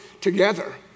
together